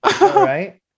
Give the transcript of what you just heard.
right